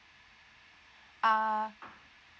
uh